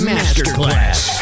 Masterclass